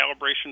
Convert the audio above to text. calibration